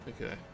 Okay